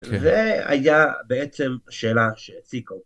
זה היה בעצם שאלה שציקו.